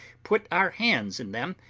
put our hands in them,